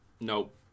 Nope